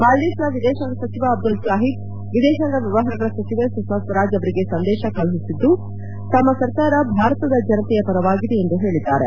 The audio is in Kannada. ಮಾಲ್ಡೀವ್ಸ್ನ ವಿದೇಶಾಂಗ ಸಚಿವ ಅಬ್ದಲ್ ಸಾಹಿದ್ ವಿದೇಶಾಂಗ ವ್ಲವಹಾರಗಳ ಸಚಿವೆ ಸುಷ್ನಾ ಸ್ವರಾಜ್ ಅವರಿಗೆ ಸಂದೇಶ ಕಳುಹಿಸಿದ್ದು ತಮ್ಮ ಸರ್ಕಾರ ಭಾರತದ ಜನತೆಯ ಪರವಾಗಿದೆ ಎಂದು ಹೇಳಿದ್ದಾರೆ